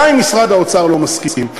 גם אם משרד האוצר לא מסכים.